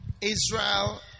Israel